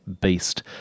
beast